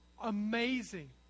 amazing